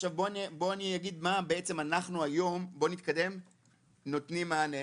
אני אגיד מה אנחנו היום נותנים מענה.